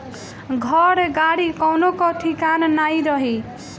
घर, गाड़ी कवनो कअ ठिकान नाइ रही